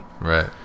Right